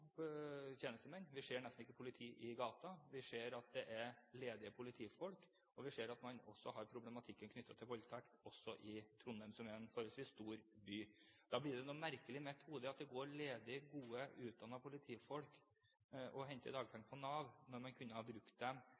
tjenestemenn. Vi ser nesten ikke politi i gata. Vi ser at det er ledige politifolk, og vi ser at man har problematikken knyttet til voldtekt også i Trondheim, som er en forholdsvis stor by. Da blir det i mitt hode noe merkelig at det går ledig gode, utdannede politifolk som henter dagpenger på Nav, når man kunne ha brukt dem